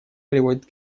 приводит